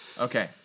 Okay